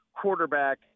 quarterback